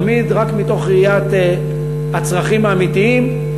תמיד רק מתוך ראיית הצרכים האמיתיים.